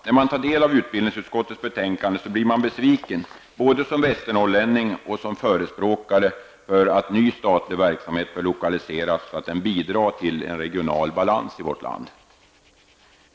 När man tar del av utbildningsutskottets betänkande blir man dock besviken, både som västernorrlänning och som förespråkare för att ny statlig verksamhet bör lokalisera, så att den bidrar till en regional balans i vårt land.